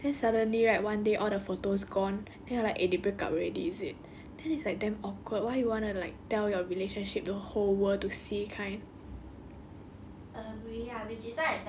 or like they they post together they together then suddenly right one day all the photos gone then I'm like eh they break up already is it then it's like damn awkward why you wanna like tell your relationship to the whole world to see kind